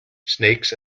snakes